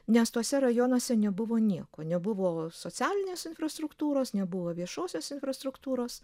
nes tuose rajonuose nebuvo nieko nebuvo socialinės infrastruktūros nebuvo viešosios infrastruktūros